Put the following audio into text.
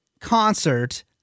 concert